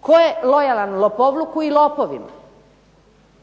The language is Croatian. tko je lojalan lopovluku i lopovima